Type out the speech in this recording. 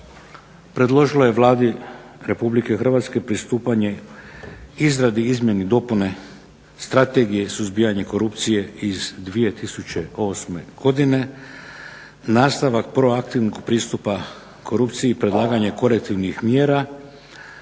predložilo je Vladi RH pristupanje izradi izmjene dopune Strategije suzbijanja korupcije iz 2008.godine. nastavak proaktivnog pristupa korupciji i predlaganje koruptivnih mjera,